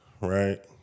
right